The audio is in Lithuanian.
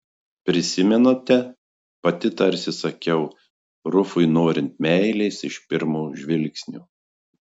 prisimenate pati tarsi sakiau rufui norinti meilės iš pirmo žvilgsnio